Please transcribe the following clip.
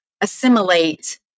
assimilate